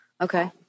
Okay